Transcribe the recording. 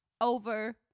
over